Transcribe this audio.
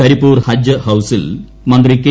കരിപ്പൂർ ഹജ്ജ് ഹൌസിൽ മന്ത്രി് കെ